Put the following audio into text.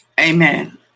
Amen